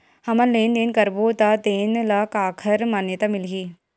हमन लेन देन करबो त तेन ल काखर मान्यता मिलही?